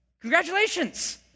Congratulations